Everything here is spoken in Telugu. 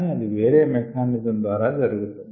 కానీ అది వేరే మెకానిజం ద్వారా జరుగును